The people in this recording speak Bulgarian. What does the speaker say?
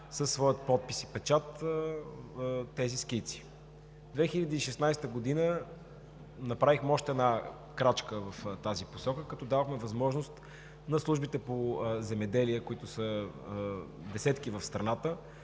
със свой подпис и печат тези скици. През 2016 г. направихме още една крачка в тази посока, като дадохме възможност на службите по земеделие, които са десетки в страната,